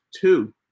two